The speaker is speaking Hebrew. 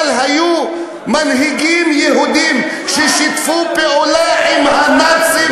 אבל היו מנהיגים ששיתפו פעולה עם הנאצים,